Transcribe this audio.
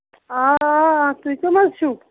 آ آ تُہۍ کٕم حظ چھِو